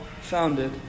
founded